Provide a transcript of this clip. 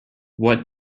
what